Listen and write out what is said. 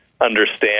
understand